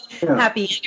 happy